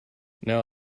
now